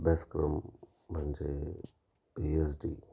अभ्यासक्रम म्हणजे PH D